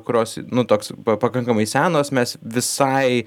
kurios nu toks pakankamai senos mes visai